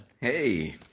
Hey